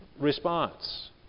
response